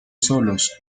solos